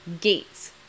gates